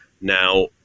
Now